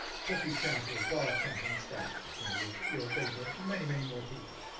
coffee chat or bar chat on steroids. you know you're you're going to ah many, many more people.